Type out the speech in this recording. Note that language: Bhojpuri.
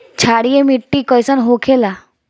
क्षारीय मिट्टी कइसन होखेला?